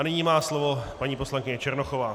Nyní má slovo paní poslankyně Černochová.